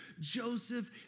Joseph